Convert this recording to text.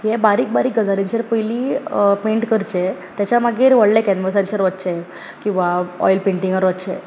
हे बारीक बारीक गजालींचर पयलीं पेंट करचें ताच्या मागीर कॅन्वसाचेर वचचें किंवा ऑयल पैंटिंगार वचचें